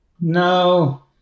No